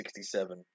1967